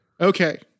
Okay